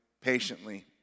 patiently